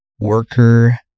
worker